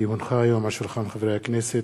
כי הונחה היום על שולחן הכנסת,